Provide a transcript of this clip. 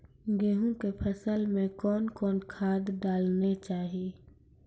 गेहूँ के फसल मे कौन कौन खाद डालने चाहिए?